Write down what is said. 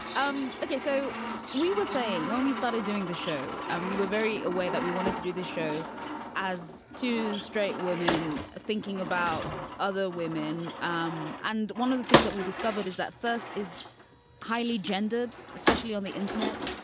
um okay. so we were saying when we started doing the show and we were very aware that we wanted to do this show as two straight women thinking about other women. um and one of the things that we discovered is that first is highly gendered, especially on the internet.